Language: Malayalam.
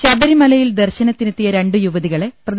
എം ശബരിമലയിൽ ദർശനത്തിനെത്തിയ രണ്ട് യുവതികളെ പ്രതി